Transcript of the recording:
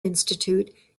institute